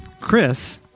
Chris